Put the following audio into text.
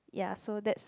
ya so that's